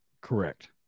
Correct